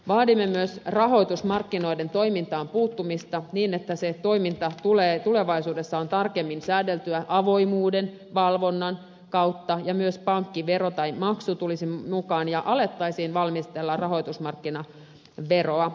vaadimme myös rahoitusmarkkinoiden toimintaan puuttumista niin että se toiminta tulevaisuudessa on tarkemmin säädeltyä avoimuuden ja valvonnan kautta ja että myös pankkivero tai maksu tulisi mukaan ja alettaisiin valmistella rahoitusmarkkinaveroa